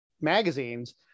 magazines